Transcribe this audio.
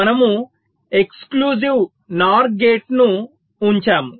మనము exclusive NOR gate ఉంచాము